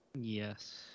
Yes